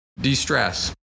De-stress